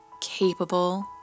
capable